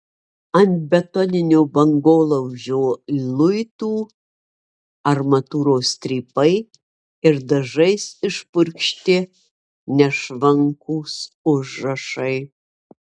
ant betoninio bangolaužio luitų armatūros strypai ir dažais išpurkšti nešvankūs užrašai